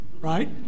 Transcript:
right